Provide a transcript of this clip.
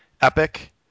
Epic